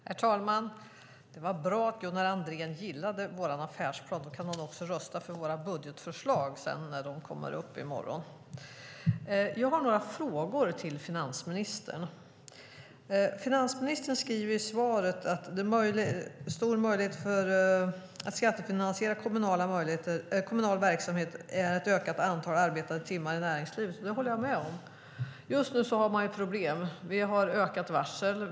Herr talman! Det var bra att Gunnar Andrén gillade vår affärsplan. Då kan han också rösta för våra budgetförslag när de kommer upp i morgon. Jag har några frågor till finansministern. Han skriver i svaret att en möjlighet att skattefinansiera kommunal verksamhet är ett ökat antal arbetade timmar i näringslivet. Det håller jag med om. Just nu har man problem. Vi har ökade varsel.